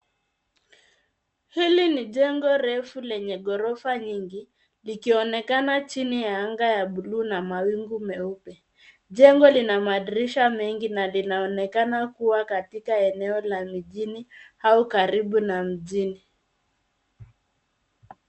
Hili ni jengo refu lenye ghorofa nyingi, likionekana chini ya anga ya blue na mawingu meupe. Jengo lina madirisha mengi, na linaonekana kuwa katika eneo la mijini, au karibu na mjini.